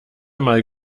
mal